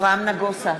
אברהם נגוסה,